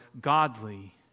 godly